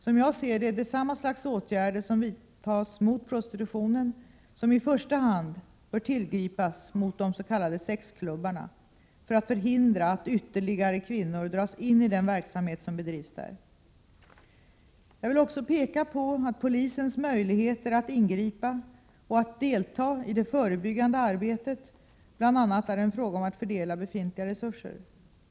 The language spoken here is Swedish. Som jag ser det är det samma slags åtgärder som vidtas mot prostitutionen som i första hand bör tillgripas mot de s.k. sexklubbarna för att förhindra att ytterligare kvinnor dras in i den verksamhet som bedrivs där. Jag vill också peka på att polisens möjligheter att ingripa och att delta i det förebyggande arbetet bl.a. är en fråga om att fördela befintliga resurser.